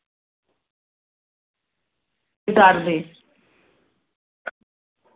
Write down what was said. देवदार दे